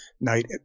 night